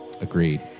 Agreed